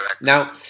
Now